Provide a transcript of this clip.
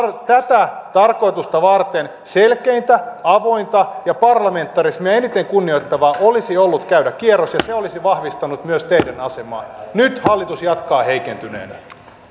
tätä tarkoitusta varten selkeintä avoiminta ja parlamentarismia eniten kunnioittavaa olisi ollut käydä kierros ja se olisi vahvistanut myös teidän asemaanne nyt hallitus jatkaa heikentyneenä